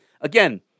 again